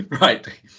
Right